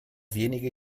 wenige